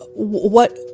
what.